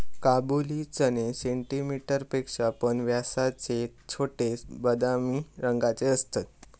काबुली चणे सेंटीमीटर पेक्षा पण व्यासाचे छोटे, बदामी रंगाचे असतत